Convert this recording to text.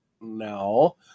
No